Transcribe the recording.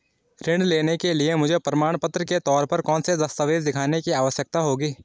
ऋृण लेने के लिए मुझे प्रमाण के तौर पर कौनसे दस्तावेज़ दिखाने की आवश्कता होगी?